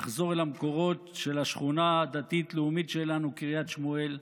לחזור למקורות של השכונה הדתית-לאומית שלנו קריית שמואל,